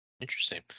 Interesting